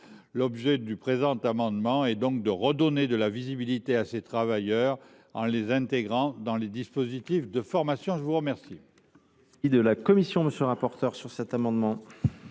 Le présent amendement vise donc à donner de la visibilité à ces travailleurs en les intégrant dans les dispositifs de formation. Quel